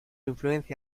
influencia